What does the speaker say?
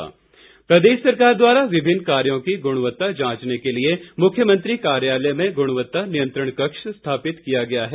संजय कंड प्रदेश सरकार द्वारा विभिन्न कार्यो की गुणवत्ता जांचने के लिए मुख्यमंत्री कार्यालय में गुणवत्ता नियंत्रण कक्ष स्थापित किया गया है